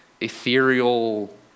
ethereal